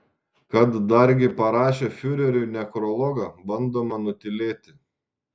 kad dargi parašė fiureriui nekrologą bandoma nutylėti